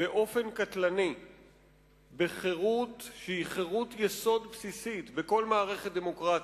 באופן קטלני בחירות שהיא חירות יסוד בסיסית בכל מערכת דמוקרטית,